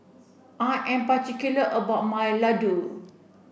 I am particular about my Laddu